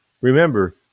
remember